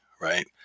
Right